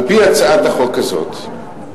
על-פי הצעת החוק הזאת,